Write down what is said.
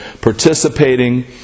participating